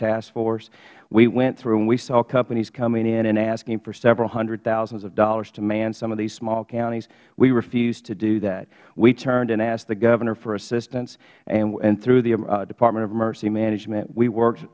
task force we went through and we saw companies coming in and asking for several hundred thousands of dollars to man some of these small counties we refused to do that we turned and asked the governor for assistance and through the department of emergency management we work